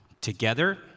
together